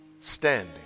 Standing